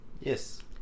yes